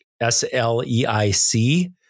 S-L-E-I-C